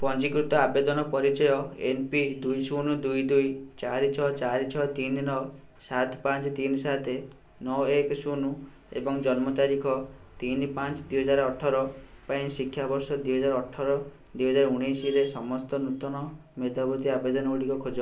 ପଞ୍ଜୀକୃତ ଆବେଦନ ପରିଚୟ ଏନ୍ ପି ଦୁଇ ଶୂନ ଦୁଇ ଦୁଇ ଚାରି ଛଅ ଚାରି ଛଅ ତିନି ନଅ ସାତ ପାଞ୍ଚ ତିନି ସାତ ନଅ ଏକ ଶୂନ ଏବଂ ଜନ୍ମତାରିଖ ତିନି ପାଞ୍ଚ ଦୁଇ ହଜାର ଅଠର ପାଇଁ ଶିକ୍ଷାବର୍ଷ ଦୁଇ ହଜାର ଅଠର ଦୁଇ ହଜାର ଉଣେଇଶରେ ସମସ୍ତ ନୂତନ ମେଧାବୃତ୍ତି ଆବେଦନ ଗୁଡ଼ିକ ଖୋଜ